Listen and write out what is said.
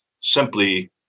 simply